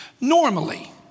Normally